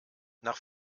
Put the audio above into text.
nach